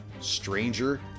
stranger